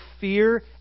fear